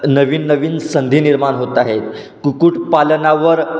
नवीन नवीन संधी निर्माण होत आहेत कुक्कुटपालनावर